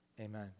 Amen